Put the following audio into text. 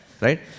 Right